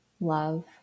love